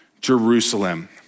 Jerusalem